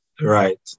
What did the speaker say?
Right